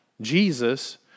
Jesus